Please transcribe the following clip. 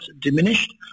diminished